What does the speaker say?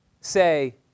say